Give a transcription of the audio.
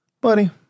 Buddy